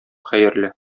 хәерле